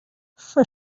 for